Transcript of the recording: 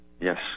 Yes